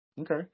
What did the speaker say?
Okay